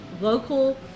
local